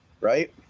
right